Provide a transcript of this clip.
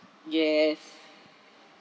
yes